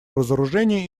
разоружения